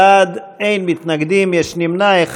חברי הכנסת, 20 בעד, אין מתנגדים, יש נמנע אחד.